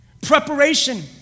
Preparation